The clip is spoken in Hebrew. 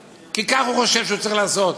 כי כך הוא חושב שהוא צריך לעשות,